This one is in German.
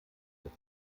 der